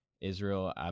Israel